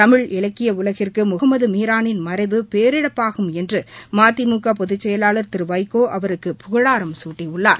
தமிழ் இலக்கிய உலகிற்கு முகமது மீரானின் மறைவு பேரிழப்பாகும் என்று மதிமுக பொதுச் செயலாளர் திரு வைகோ அவருக்கு புகழாரம் சூட்டியுள்ளார்